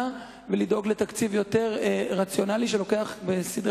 ולדאוג לתקציב יותר רציונלי שמביא בחשבון בסדרי